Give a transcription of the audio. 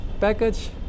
package